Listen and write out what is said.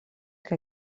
que